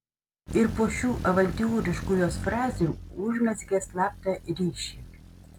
ir po šių avantiūristiškų jos frazių užmezgė slaptą ryšį